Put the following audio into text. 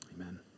amen